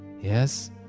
Yes